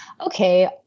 okay